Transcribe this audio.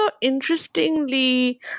interestingly